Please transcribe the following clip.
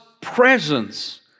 presence